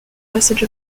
passage